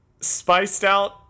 spiced-out